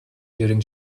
during